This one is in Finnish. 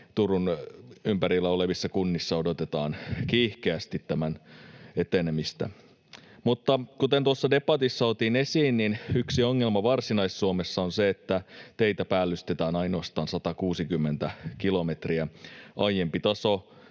Turun ympärillä olevissa kunnissa odotetaan kiihkeästi tämän etenemistä. Mutta kuten tuossa debatissa otin esiin, yksi ongelma Varsinais-Suomessa on se, että teitä päällystetään ainoastaan 160 kilometriä. Aiempi taso